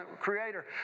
creator